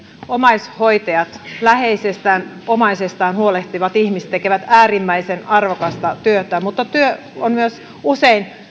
omaishoitajat läheisestään omaisestaan huolehtivat ihmiset tekevät äärimmäisen arvokasta työtä mutta työ on usein myös